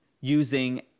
using